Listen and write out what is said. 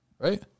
Right